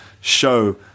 show